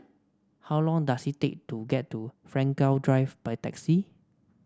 how long does it take to get to Frankel Drive by taxi